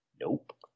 Nope